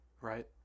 Right